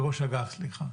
לראש אגף, סליחה.